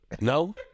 No